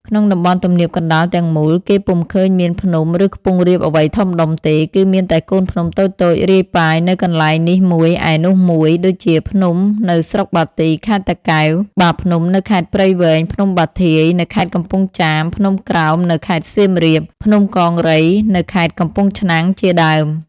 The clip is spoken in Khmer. ក្នុងតំបន់ទំនាបកណ្ដាលទាំងមូល គេពុំឃើញមានភ្នំ ឬខ្ពង់រាបអ្វីធំដុំទេ គឺមានតែកូនភ្នំតូចៗរាយប៉ាយនៅកន្លែងនេះមួយ ឯនោះមួយ ដូចជាភ្នំនៅស្រុកបាទី ខេត្តតាកែវ បាភ្នំនៅខេត្តព្រៃវែង ភ្នំបាធាយ នៅខេត្តកំពង់ចាម ភ្នំក្រោម នៅខេត្តសៀមរាប ភ្នំកង្រី នៅខេត្តកំពង់ឆ្នាំង ជាដើម។